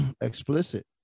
explicit